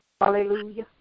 hallelujah